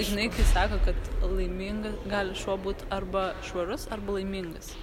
žinai kai sako kad laiminga gali šuo būti arba švarus arba laimingas